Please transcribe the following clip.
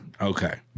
Okay